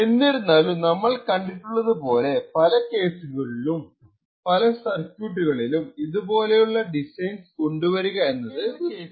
എന്നിരുന്നാലും നമ്മൾ കണ്ടിട്ടുള്ളതു പോലെ പല കേസുകളിലും പല സർക്യൂട്ടുകളിലും ഇതുപോലുള്ള ഡിസൈൻസ് കൊണ്ടുവരിക എന്നത് ദുഷ്കരമാണ്